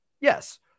Yes